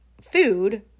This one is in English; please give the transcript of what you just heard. food